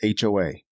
HOA